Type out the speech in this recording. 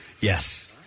Yes